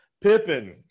pippen